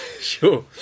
Sure